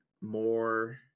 more